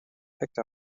picked